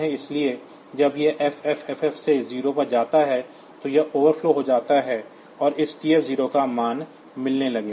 इसलिए जब यह FFFF से 0 पर जाता है तो यह ओवरफ्लो हो जाता है और इस TF 0 का मान मिलने लगेगा